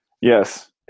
Yes